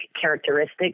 characteristics